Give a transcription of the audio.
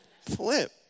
flip